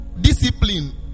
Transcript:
Discipline